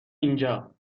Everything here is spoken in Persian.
اینجا